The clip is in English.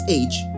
age